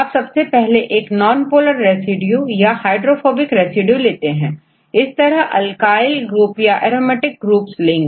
अब सबसे पहले एक नॉनपोलर रेसिड्यू या हाइड्रोफोबिक रेसिड्यू लेते हैं इस तरह अल्काईल ग्रुप या एरोमेटिक ग्रुप्स लेंगे